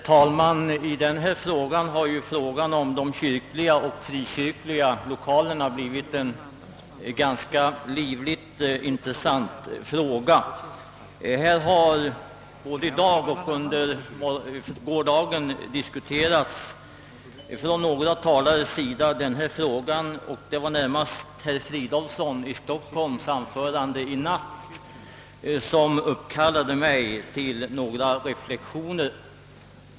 Herr talman! Frågan om de kyrkliga och frikyrkliga lokalerna har väckt stort intresse i denna debatt. Både i dag och i går har den diskuterats av flera talare. Det är närmast herr Fridolfssons i Stockholm anförande i natt som har uppkallat mig till några reflexioner.